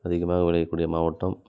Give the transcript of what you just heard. அதிகமாக விளையக்கூடிய மாவட்டம்